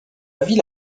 ville